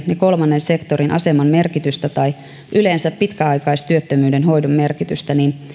ja kolmannen sektorin aseman merkitystä tai yleensä pitkäaikaistyöttömyyden hoidon merkitystä niin